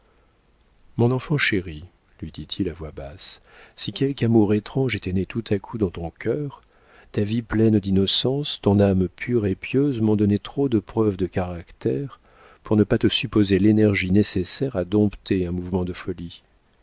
mon enfant chérie lui dit-il à voix basse si quelque amour étrange était né tout à coup dans ton cœur ta vie pleine d'innocence ton âme pure et pieuse m'ont donné trop de preuves de caractère pour ne pas te supposer l'énergie nécessaire à dompter un mouvement de folie